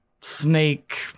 snake